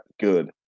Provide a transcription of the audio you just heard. good